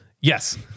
Yes